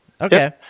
Okay